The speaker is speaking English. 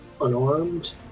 unarmed